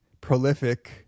prolific